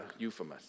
euphemus